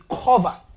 cover